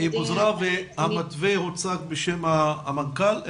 היא פוזרה והמתווה הוצג בשם המנכ"ל?